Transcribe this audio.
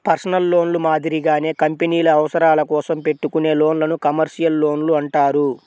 personal లోన్లు మాదిరిగానే కంపెనీల అవసరాల కోసం పెట్టుకునే లోన్లను కమర్షియల్ లోన్లు అంటారు